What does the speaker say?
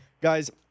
guys –